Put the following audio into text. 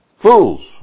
Fools